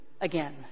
again